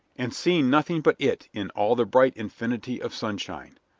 and seeing nothing but it in all the bright infinity of sunshine.